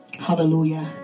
Hallelujah